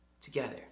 together